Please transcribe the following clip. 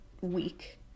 week